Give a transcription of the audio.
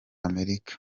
amerika